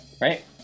right